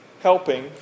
helping